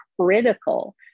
critical